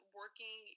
working